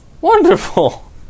Wonderful